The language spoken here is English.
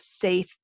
safe